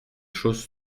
choses